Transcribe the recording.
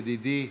ידידי,